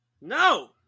No